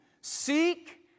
Seek